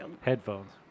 headphones